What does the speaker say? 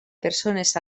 persones